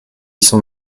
sont